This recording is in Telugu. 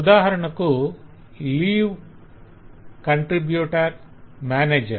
ఉదాహరణకు 'leave 'contributor' contributor 'manager' manager